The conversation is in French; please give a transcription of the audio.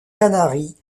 canaries